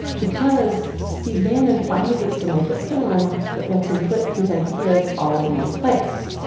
because steve bannon finally gets to make a film that lets him put his ideas all in one place,